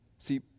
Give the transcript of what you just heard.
See